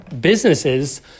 businesses